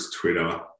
Twitter